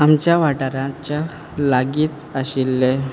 आमच्या वाठाराच्या लागींच आशिल्लें